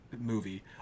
movie